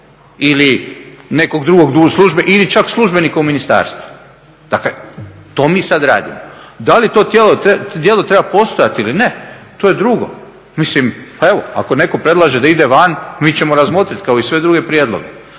ili nekog drugog ili čak službenika u ministarstvu. Dakle, to mi sad radimo. Da li to djelo treba postojati ili ne to je drugu. Mislim, pa evo ako netko predlaže da ide van mi ćemo razmotriti kao i sve druge prijedloge.